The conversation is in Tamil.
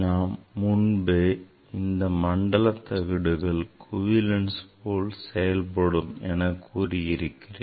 நான் முன்பே இந்த மண்டல தகடுகள் குவிலென்ஸ் போல் செயல்படும் என்று கூறியிருக்கிறேன்